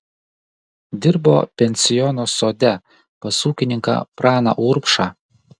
dirbo pensiono sode pas ūkininką praną urbšą